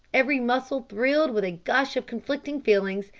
every muscle thrilled with a gush of conflicting feelings,